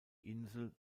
insel